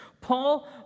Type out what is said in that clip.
Paul